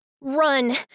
Run